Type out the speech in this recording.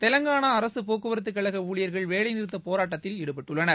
தெலங்கானா அரசுப் போக்குவரத்துக் கழக ஊழியர்கள் வேலைநிறுத்தப் போராட்டத்தில் ஈடுபட்டுள்ளனர்